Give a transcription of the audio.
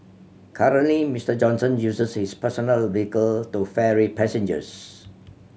currently Mister Johnson uses his personal vehicle to ferry passengers